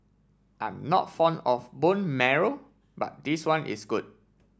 I'm not fond of bone marrow but this one is good